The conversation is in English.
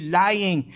lying